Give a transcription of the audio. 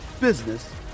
business